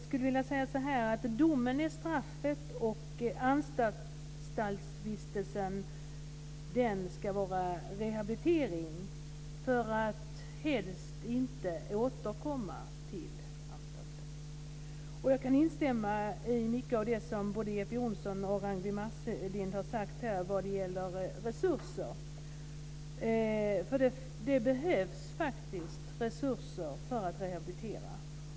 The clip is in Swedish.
Fru talman! Domen är straffet, och anstaltsvistelsen ska vara rehabilitering för att man helst inte ska återkomma till anstalten. Jag kan instämma i mycket av det som Jeppe Johnsson och Ragnwi Marcelind har sagt vad gäller resurser. Det behövs faktiskt resurser för att rehabilitera.